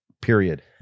period